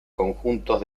conjuntos